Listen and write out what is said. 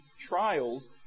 trials